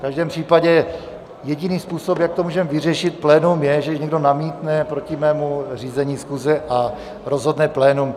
V každém případě jediný způsob, jak to můžeme vyřešit plénum je, když někdo namítne proti mému řízení schůze a rozhodne plénum.